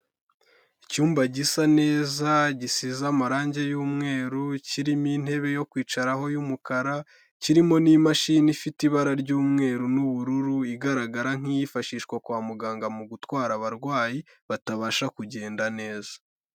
Icyumba gisa neza gisize amarangi y'umweru, kirimo intebe yo kwicaraho y'umukara, kirimo n'imashini ifite ibara ry'umweru n'ubururu, igaragara nk'iyifashishwa kwa muganga mu gutwara abarwayi batabasha kugenda neza.